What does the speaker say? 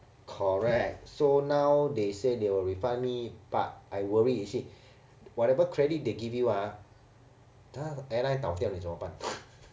correct so now they say they will refund me but I worry is it whatever credit they give you ah 等下 airline 倒掉你怎么办